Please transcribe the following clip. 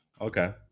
okay